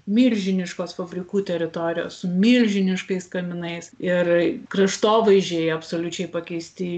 milžiniškos fabrikų teritorijos su milžiniškais kaminais ir kraštovaizdžiai absoliučiai pakeisti